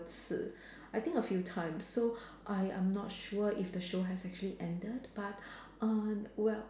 次 I think a few times so I I'm not sure if the show has actually ended but err well